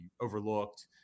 overlooked